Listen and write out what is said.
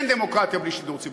נכון מאוד.